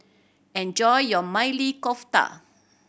enjoy your Maili Kofta